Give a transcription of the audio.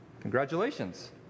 Congratulations